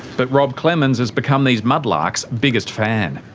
but rob clemens has become these mudlarks' biggest fan.